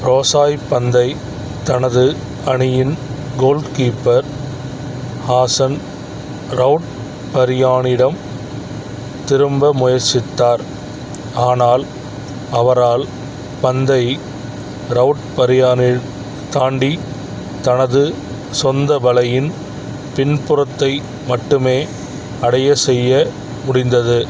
ரோஸாய் பந்தை தனது அணியின் கோல் கீப்பர் ஹாசன் ரௌட்பரியானிடம் திருப்ப முயற்சித்தார் ஆனால் அவரால் பந்தை ரௌட்பரியானைத் தாண்டி தனது சொந்த வலையின் பின்புறத்தை மட்டுமே அடையச் செய்ய முடிந்தது